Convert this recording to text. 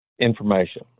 information